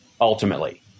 ultimately